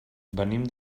venim